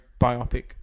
biopic